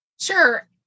Sure